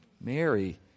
Mary